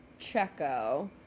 Checo